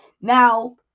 Now